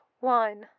one